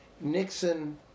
Nixon